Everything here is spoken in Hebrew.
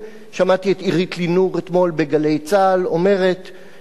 אתמול שמעתי את עירית לינור ב"גלי צה"ל" אומרת שאם